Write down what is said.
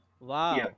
Wow